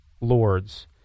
lords